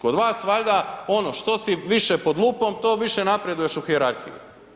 Kod vas valjda ono što si više pod lupom, to više napreduješ u hijerarhiji.